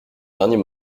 dernier